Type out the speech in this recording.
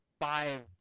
five